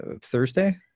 Thursday